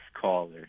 Caller